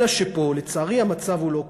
אלא שפה, לצערי, המצב הוא לא כך.